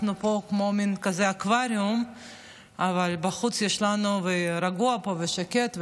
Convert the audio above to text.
אנחנו פה כמו מין אקווריום ורגוע פה ושקט,